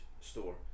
store